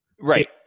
Right